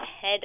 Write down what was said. head